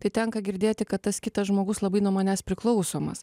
tai tenka girdėti kad tas kitas žmogus labai nuo manęs priklausomas